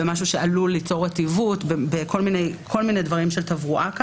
בדברים שעלולים ליצור רטיבות ועוד כל מיני דברים של תברואה.